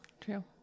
True